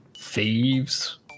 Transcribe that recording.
thieves